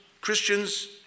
Christians